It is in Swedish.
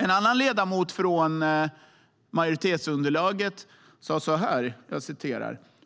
En annan ledamot från majoritetsunderlaget sade så här: